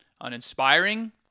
uninspiring